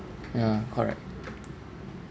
ya correct